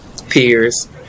peers